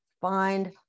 find